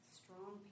strong